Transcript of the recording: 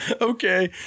okay